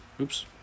Oops